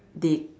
they